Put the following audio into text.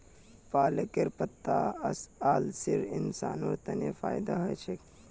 पालकेर पत्ता असलित इंसानेर तन फायदा ह छेक